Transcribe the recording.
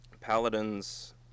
Paladins